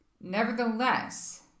Nevertheless